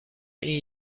این